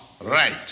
right